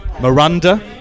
Miranda